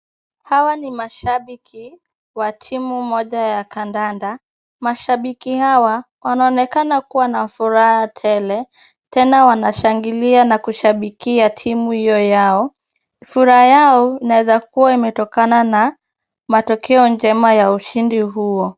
Hawa ni mashabiki wa timu moja ya kadanda. Mashabiki hawa wanaonekana kuwa na furaha tele, tena wanashangilia na kushabikia timu hiyo yao. Furaha yao inaweza kuwa imetokana na matokeo njema ya ushindi huo.